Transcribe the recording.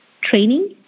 training